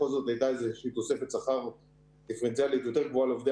בכל זאת הייתה איזושהי תוספת שכר דיפרנציאלית יותר גבוהה לעובדי